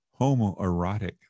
homoerotic